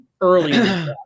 early